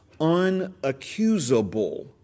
unaccusable